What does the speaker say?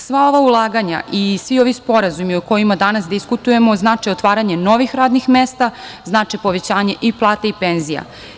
Sva ova ulaganja i svi ovi sporazumi o kojima danas diskutujemo znače otvaranje novih radnih mesta, znače povećanje i plata i penzija.